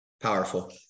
powerful